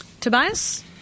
Tobias